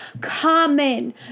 Common